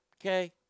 okay